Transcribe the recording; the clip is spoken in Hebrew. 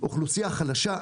אוכלוסייה חלשה,